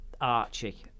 Archie